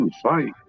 fight